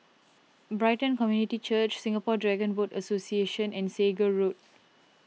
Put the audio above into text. Brighton Community Church Singapore Dragon Boat Association and Segar Road